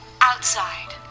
outside